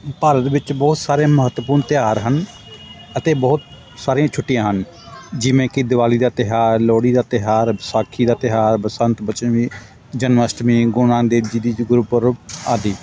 ਭਾਰਤ ਵਿੱਚ ਬਹੁਤ ਸਾਰੇ ਮਹੱਤਵਪੂਰਨ ਤਿਉਹਾਰ ਹਨ ਅਤੇ ਬਹੁਤ ਸਾਰੀਆਂ ਛੁੱਟੀਆਂ ਹਨ ਜਿਵੇਂ ਕਿ ਦਿਵਾਲੀ ਦਾ ਤਿਉਹਾਰ ਲੋਹੜੀ ਦਾ ਤਿਉਹਾਰ ਵਿਸਾਖੀ ਦਾ ਤਿਉਹਾਰ ਬਸੰਤ ਪੰਚਮੀ ਜਨਮ ਅਸ਼ਟਮੀ ਗੁਰੂ ਨਾਨਕ ਦੇਵ ਜੀ ਦੀ ਗੁਰਪੁਰਬ ਆਦਿ